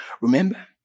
Remember